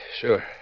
Sure